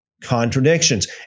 contradictions